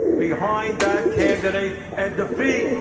behind that candidate at the feet.